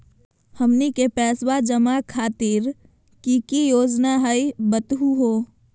हमनी के पैसवा जमा खातीर की की योजना हई बतहु हो?